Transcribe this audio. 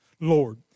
Lord